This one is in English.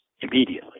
immediately